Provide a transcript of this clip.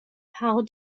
how